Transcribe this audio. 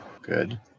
Good